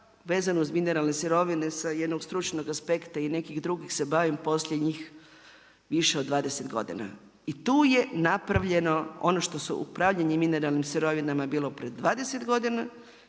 vezano uz mineralne sirovine sa jednog stručnog aspekta i nekih drugih se bavim posljednjih više od 20 godina i tu je napravljeno ono što je upravljanje mineralnim sirovinama bilo pred 20 godina